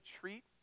treat